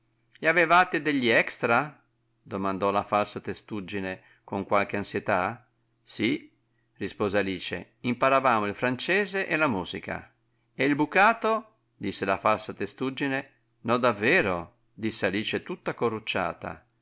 e avevate degli extra domandò la falsa testuggine con qualche ansietà sì rispose alice imparavamo il francese e la musica e il bucato disse la falsa testuggine no davvero disse alice tutta corrucciata